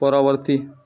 ପରବର୍ତ୍ତୀ